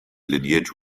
lineage